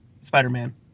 Spider-Man